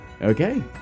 Okay